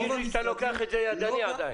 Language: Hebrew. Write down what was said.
אל תגיד לי שאתה לוקח את זה ידני עדיין.